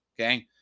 Okay